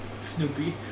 Snoopy